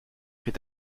pris